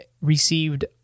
received